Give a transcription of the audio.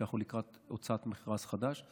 כשאנחנו לקראת הוצאת מכרז חדש.